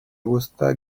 gusta